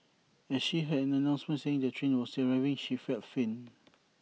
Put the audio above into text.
as she heard an announcement saying the train was arriving she felt faint